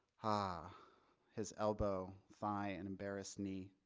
ah has elbow thigh and embarrassed knee.